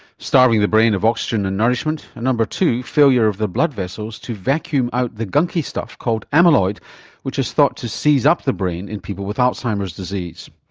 starving the brain of oxygen and nourishment, and, number two, failure of the blood vessels to vacuum out the gunky stuff called amyloid which is thought to seize up the brain in people with alzheimer's disease.